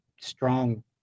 strong